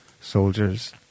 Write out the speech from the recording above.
soldiers